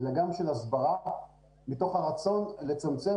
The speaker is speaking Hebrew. אלא גם של הסברה מתוך הרצון לצמצם,